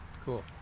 Cool